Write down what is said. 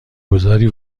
گذاری